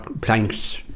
planks